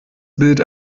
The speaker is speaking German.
bild